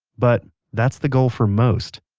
but that's the goal for most.